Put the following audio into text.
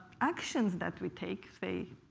actions that we take, say